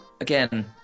again